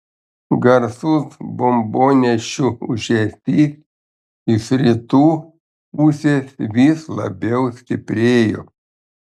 garsus bombonešių ūžesys iš rytų pusės vis labiau stiprėjo